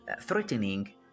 threatening